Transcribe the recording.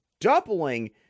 doubling